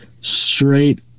straight